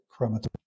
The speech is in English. chromatography –